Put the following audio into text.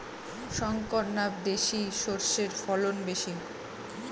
শংকর না দেশি সরষের ফলন বেশী?